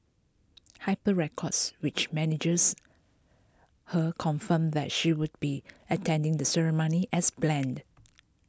hype records which manages her confirmed that she would be attending the ceremony as planned